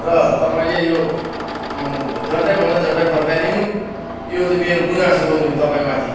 र तपाईँले यो झट्टै भन्दा झट्टै फर्काइदिनु यो चाहिँ मेरो गुनासो हो नि तपाईँमाथि